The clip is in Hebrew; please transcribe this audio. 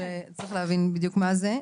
שצריך להבין מה זה בדיוק.